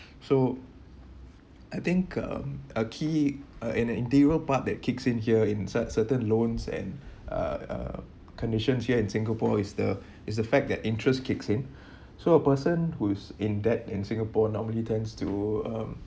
so I think um a key uh and a interior part that kicks in here inside certain loans and uh uh conditions here in singapore is the is the fact that interest kicks in so a person who's in debt in singapore normally tends to um